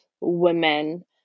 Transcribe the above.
women